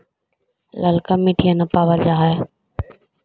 ललका मिटीया न पाबल जा है?